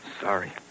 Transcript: Sorry